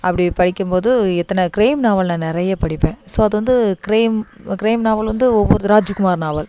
அப்படி படிக்கும்போது இத்தனை க்ரைம் நாவல் நான் நிறைய படிப்பேன் ஸோ அது வந்து க்ரைம் க்ரைம் நாவல் வந்து ஒவ்வொரு ராஜ்குமார் நாவல்